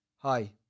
Hi